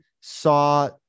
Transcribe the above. saw